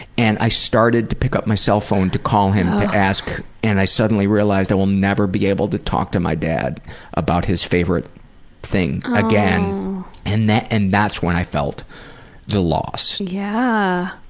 and i started to pick up my cellphone to call him to ask and i suddenly realized i will never be able to talk to my dad about his favorite thing again and and that's when i felt the loss. yeah,